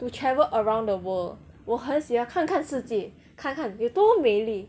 to travel around the world 我很喜欢看看世界看看有多美丽